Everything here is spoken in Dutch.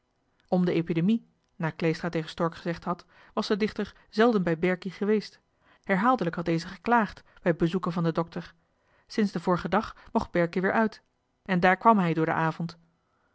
om de epidemie naar kleestra tegen stork gezegd had was de dichter zelden bij berkie geweest herhaaldelijk had deze geklaagd bij bezoeken van den dokter sinds den vorigen dag mocht berkie weer uit en daar kwam hij door den avond